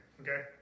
okay